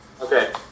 Okay